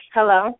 Hello